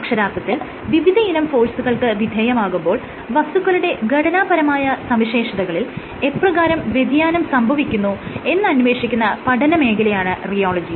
അക്ഷരാർത്ഥത്തിൽ വിവിധയിനം ഫോഴ്സുകൾക്ക് വിധേയമാകുമ്പോൾ വസ്തുക്കളുടെ ഘടനാപരമായ സവിശേഷതകളിൽ എപ്രകാരം വ്യതിയാനം സംഭവിക്കുന്നു എന്ന് അന്വേഷിക്കുന്ന പഠനമേഖലയാണ് റിയോളജി